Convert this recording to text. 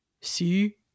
See